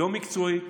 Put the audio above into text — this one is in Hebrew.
לא מקצועית,